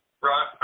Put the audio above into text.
Right